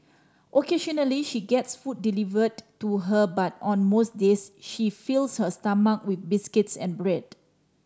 occasionally she gets food delivered to her but on most days she fills her stomach with biscuits and bread